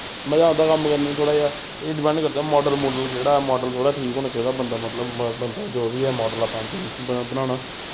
मज़ा औंदा कम्म करने ई थोह्ड़ा जेहा एह् डिपैंड करदा माडल मुडल केह्ड़ा ऐ माडल थोह्ड़ा ठीक होना चाहिदा बंदा मतलब बंदा जो बी ऐ माडल अपना बनाना